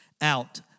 out